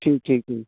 ठीक ठीक ठीक